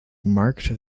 marked